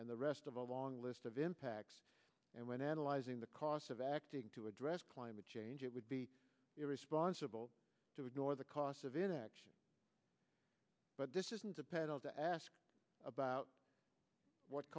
and the rest of a long list of impacts and when analyzing the cost of acting to address climate change it would be irresponsible to ignore the cost of inaction but this isn't a pedal to ask about what